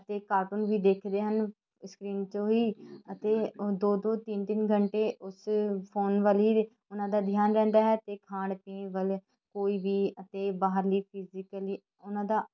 ਅਤੇ ਕਾਰਟੂਨ ਵੀ ਦੇਖਦੇ ਹਨ ਸਕਰੀਨ 'ਚੋਂ ਹੀ ਅਤੇ ਦੋ ਦੋ ਤਿੰਨ ਤਿੰਨ ਘੰਟੇ ਉਸ ਫੋਨ ਵੱਲ ਹੀ ਦੇ ਉਹਨਾਂ ਦਾ ਧਿਆਨ ਰਹਿੰਦਾ ਹੈ ਅਤੇ ਖਾਣ ਪੀਣ ਵੱਲ ਕੋਈ ਵੀ ਅਤੇ ਬਾਹਰਲੀ ਫਿਜੀਕਲੀ ਉਹਨਾਂ ਦਾ